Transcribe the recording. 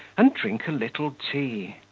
and drink little tea.